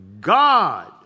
God